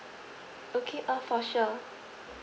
okay uh for sure